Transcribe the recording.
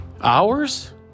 hours